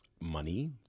money